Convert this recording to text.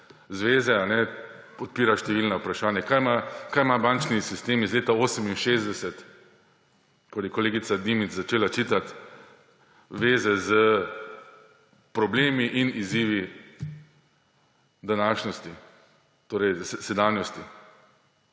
zveze, odpira številna vprašanja. Kaj ima bančni sistem iz leta 1968, ko je kolegica Dimic začela čitati, veze z problemi in izzivi današnjosti, torej sedanjosti?